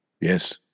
Yes